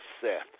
Seth